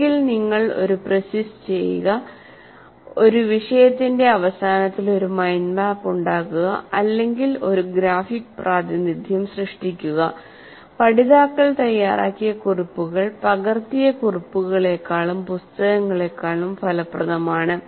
ഒന്നുകിൽ നിങ്ങൾ ഒരു പ്രിസിസ് ചെയ്യുക ഒരു വിഷയത്തിന്റെ അവസാനത്തിൽ ഒരു മൈൻഡ് മാപ്പ് ഉണ്ടാക്കുക അല്ലെങ്കിൽ ഒരു ഗ്രാഫിക് പ്രാതിനിധ്യം സൃഷ്ടിക്കുക പഠിതാക്കൾ തയ്യാറാക്കിയ കുറിപ്പുകൾ പകർത്തിയ കുറിപ്പുകളേക്കാളും പുസ്തകങ്ങളേക്കാളും ഫലപ്രദമാണ്